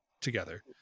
together